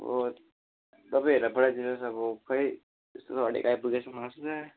ओ तपाईँ हेरेर पठाइदिनुहोस् अब खै यस्तो सढेको आइपुगेछ मासु त